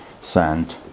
sand